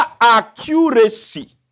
accuracy